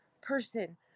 person